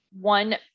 one